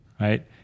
right